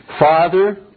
father